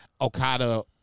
Okada